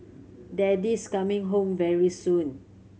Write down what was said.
daddy's coming home very soon